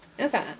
Okay